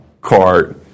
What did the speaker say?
cart